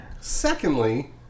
Secondly